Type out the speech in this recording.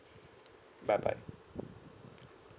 bye bye